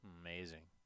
Amazing